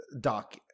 dock